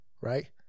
right